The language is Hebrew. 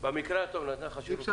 במקרה הטוב היא נתנה לך שירות מוניציפאלי.